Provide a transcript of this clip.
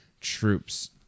troops